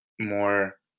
more